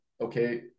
okay